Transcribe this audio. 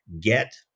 get